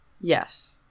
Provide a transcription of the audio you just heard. Yes